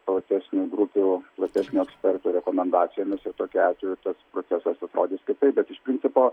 platesnių grupių platesnio ekspertų rekomendacijomis ir tokiu atveju tas procesas atrodys kitaip bet iš principo